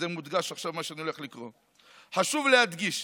מה שאני הולך לקרוא עכשיו, מודגש: חשוב להדגיש